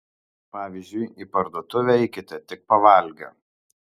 pavyzdžiui į parduotuvę eikite tik pavalgę